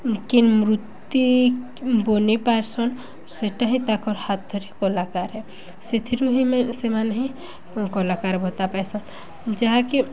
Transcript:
କେନ୍ ମୂର୍ତ୍ତି ବନେଇ ପାର୍ସନ୍ ସେଟା ହିଁ ତାକର୍ ହାତରେ କଲାକାର ହେ ସେଥିରୁ ହିଁ ସେମାନେ ହିଁ କଲାକାର ଭତ୍ତା ପାଇସନ୍ ଯାହାକି